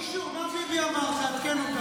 מה ביבי אמר תעדכן אותנו.